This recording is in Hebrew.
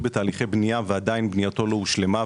בתהליכי בנייה ובנייתו עדיין לא הושלמה,